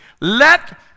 Let